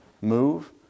move